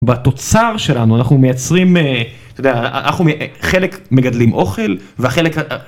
בתוצר שלנו אנחנו מייצרים אהה... אתה יודע, חלק מגדלים אוכל והחלק...